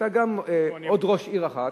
היתה גם ראש עיר אחת,